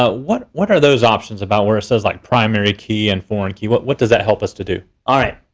what what are those options about where it says like, primary key and foreign key? what what does that help us to do? all right,